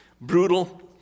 Brutal